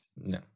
No